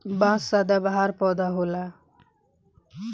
बांस सदाबहार पौधा होला